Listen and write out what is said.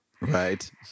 Right